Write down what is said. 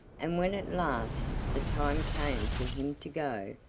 and when at last the time came for him to go,